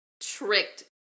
tricked